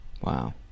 Wow